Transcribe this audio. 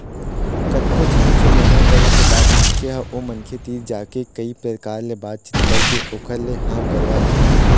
कतको झन के मना करे के बाद मनखे ह ओ मनखे तीर जाके कई परकार ले बात चीत करके ओखर ले हाँ करवा लेथे